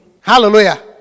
Hallelujah